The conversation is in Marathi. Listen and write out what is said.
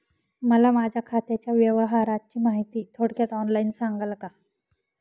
मला माझ्या खात्याच्या व्यवहाराची माहिती थोडक्यात ऑनलाईन सांगाल का?